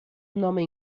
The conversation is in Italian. nome